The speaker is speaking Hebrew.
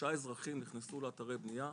שלושה אזרחים נכנסו לתוך אתרי בנייה,